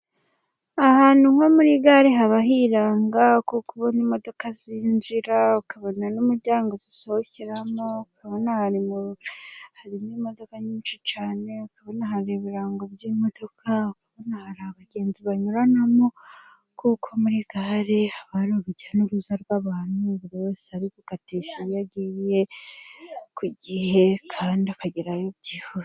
Ahantu nko muri gare haba hiranga ,kuko ubona imodoka zinjira ukabona n'umuryango zisohokeramo, ukabona harimo imodoka nyinshi cyane, ukabona ibirango by'imodoka, ukabona hari abagenzi banyuranamo, kuko muri gare haba urujya n'uruza rw'abantu, buri wese ari gukatisha iyo agiye ku gihe, kandi akagerayo byihuta.